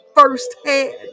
firsthand